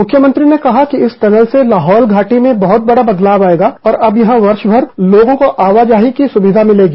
मुख्यमंत्री ने कहा कि इस टनल से लाहौल घाटी में बहुत बड़ा बदलाव आएगा और अब यहां वर्षभर लोगों को आवाजाही की सुविधा मिलेगी